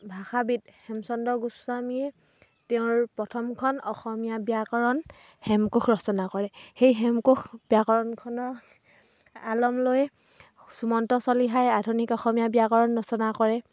ভাষাবিদ হেমচন্দ্ৰ গোস্বামীয়ে তেওঁৰ প্ৰথমখন অসমীয়া ব্যাকৰণ হেমকোষ ৰচনা কৰে সেই হেমকোষ ব্যাকৰণখনৰ আলম লৈ সুমন্ত চলিহাই আধুনিক অসমীয়া ব্যাকৰণ ৰচনা কৰে